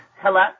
Hello